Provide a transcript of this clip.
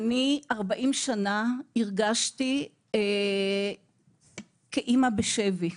40 שנה הרגשתי כאימא בשבי.